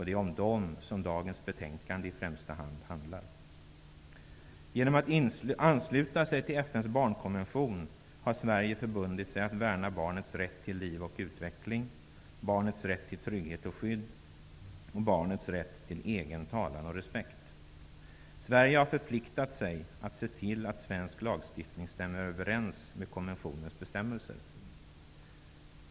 Det är om dem som dagens betänkande i främsta rummet handlar. Genom att ansluta sig till FN:s barnkonvention har Sverige förbundit sig att värna barnets rätt till liv och utveckling, barnets rätt till trygghet och skydd, barnets rätt till egen talan och respekt. Sverige har förpliktat sig att se till att svensk lagstiftning stämmer överens med konventionens bestämmelser.